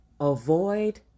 Avoid